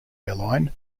airline